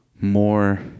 more